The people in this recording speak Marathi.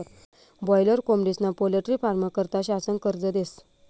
बाॅयलर कोंबडीस्ना पोल्ट्री फारमं करता शासन कर्ज देस